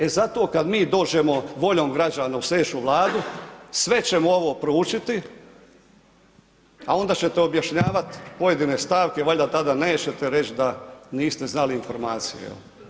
E zato kad mi dođemo voljom građana u slijedeću Vladu sve ćemo ovo proučiti, a onda ćete objašnjavat pojedine stavke, valjda tada nećete reći da niste znali informacije jel.